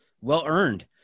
well-earned